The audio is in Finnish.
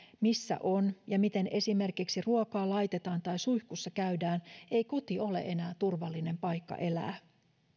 missä on ja miten esimerkiksi ruokaa laitetaan tai suihkussa käydään ei koti ole enää turvallinen paikka elää